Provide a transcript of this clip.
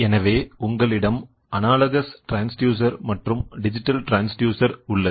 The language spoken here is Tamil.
எனவே உங்களிடம் அனலாகஸ் ட்ரான்ஸ்டியூசர் மற்றும் டிஜிட்டல் ட்ரான்ஸ்டியூசர் உள்ளது